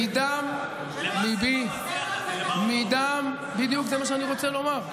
מדם ליבי, בדיוק, זה מה שאני רוצה לומר.